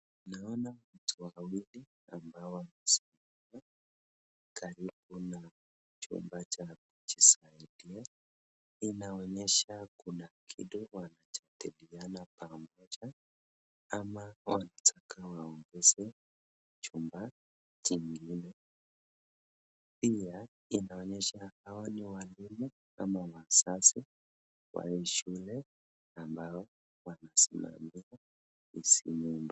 Ninaona watu wawili ambao wamesimama karibu na chumba cha kujisaidia. Inaonyesha kuna kitu wanajadiliana pamoja ama wanataka waongeze chumba kingine. Pia inaonyesha hawa ni walimu ama wazazi wa hii shule ambao wanasimamia hizi nyumba.